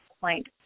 point